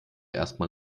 erstmal